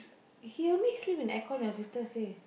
he only sleep in aircon your sister say